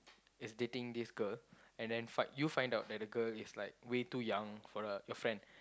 is dating this girl and then find you find out that the girl is like way too young for the your friend